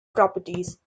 properties